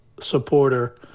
supporter